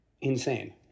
insane